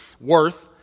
Worth